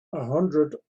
hundred